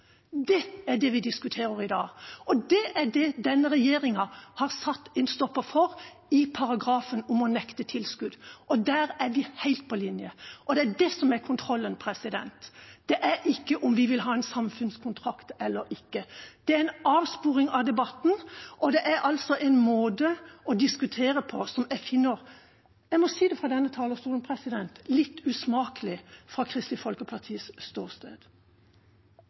Det er det vi diskuterer i dag, og det er det denne regjeringa har satt en stopper for i paragrafen om å nekte tilskudd, og der er vi helt på linje. Det er det som er kontrollen, ikke om vi vil ha en samfunnskontrakt eller ikke. Det er en avsporing av debatten og en måte å diskutere på som jeg finner – jeg må si det fra denne talerstolen – litt usmakelig fra Kristelig Folkepartis ståsted.